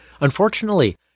Unfortunately